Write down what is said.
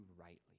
rightly